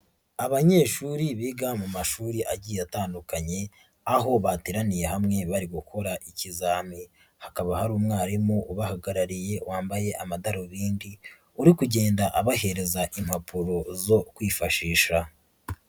Abanyeshuri biga mu mashuri agiye atandukanye, aho bateraniye hamwe bari gukora ikizame. Hakaba hari umwarimu ubahagarariye wambaye amadarubindi, uri kugenda abahereza impapuro zo kwifashisha.